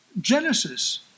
Genesis